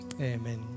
amen